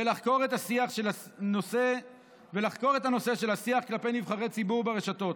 ולחקור את הנושא של השיח כלפי נבחרי ציבור ברשתות.